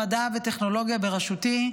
המדע והטכנולוגיה בראשותי,